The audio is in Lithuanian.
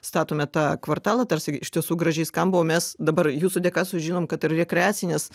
statome tą kvartalą tarsi iš tiesų gražiai skamba o mes dabar jūsų dėka sužinom kad ir rekreacinės